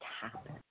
happen